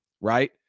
right